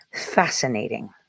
fascinating